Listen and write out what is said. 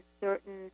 certain